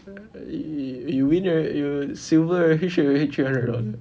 y~ you win right you silver right you will hit three hundred dollars eh